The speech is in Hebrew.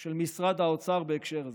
של משרד האוצר בהקשר הזה.